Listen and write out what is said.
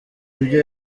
ibyo